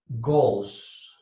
goals